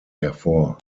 hervor